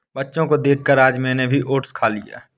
बच्चों को देखकर आज मैंने भी ओट्स खा लिया